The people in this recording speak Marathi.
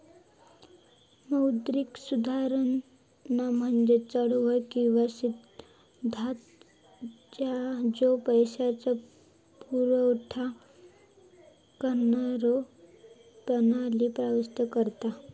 मौद्रिक सुधारणा म्हणजे चळवळ किंवा सिद्धांत ज्यो पैशाचो पुरवठा करणारो प्रणाली प्रस्तावित करता